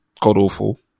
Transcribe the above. god-awful